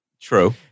True